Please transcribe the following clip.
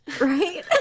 right